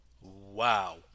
Wow